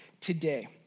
today